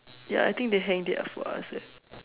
ya I think they hanged it up for us eh